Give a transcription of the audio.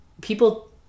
People